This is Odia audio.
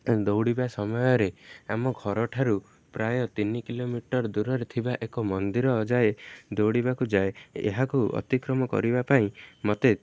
ଦୌଡ଼ିବା ସମୟରେ ଆମ ଘରଠାରୁ ପ୍ରାୟ ତିନି କିଲୋମିଟର ଦୂରରେ ଥିବା ଏକ ମନ୍ଦିର ଯାଏ ଦୌଡ଼ିବାକୁ ଯାଏ ଏହାକୁ ଅତିକ୍ରମ କରିବା ପାଇଁ ମତେ